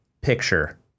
picture